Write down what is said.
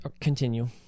continue